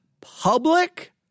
public